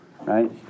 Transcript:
right